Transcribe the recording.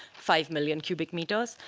five million cubic meters.